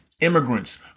immigrants